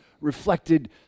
reflected